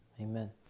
amen